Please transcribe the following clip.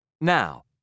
Now